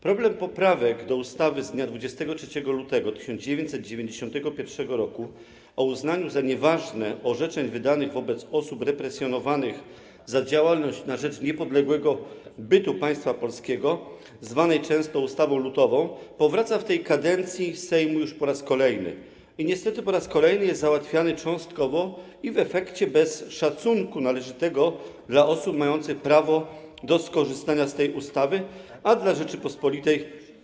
Problem poprawek do ustawy z dnia 23 lutego 1991 r. o uznaniu za nieważne orzeczeń wydanych wobec osób represjonowanych za działalność na rzecz niepodległego bytu Państwa Polskiego, zwanej często ustawą lutową, powraca w tej kadencji Sejmu już po raz kolejny i niestety po raz kolejny jest załatwiany cząstkowo i w efekcie bez należytego szacunku wobec osób mających prawo do skorzystania z tej ustawy, a zasłużonych dla Rzeczypospolitej.